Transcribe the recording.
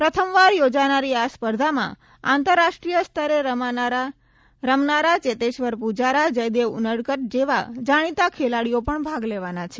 પ્રથમવાર યોજાનારી આ સ્પર્ધામાં આંતરરાષ્ટ્રીય સ્તરે રમનારા ચેતેશ્વર પુજારા જયદેવ ઉનડકટ જેવા જાણીતા ખેલાડીઓ પણ ભાગ લેવાના છે